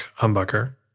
humbucker